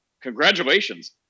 congratulations